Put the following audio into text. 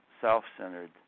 self-centered